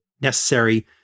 necessary